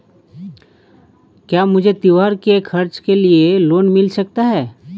क्या मुझे त्योहार के खर्च के लिए लोन मिल सकता है?